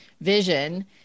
vision